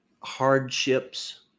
hardships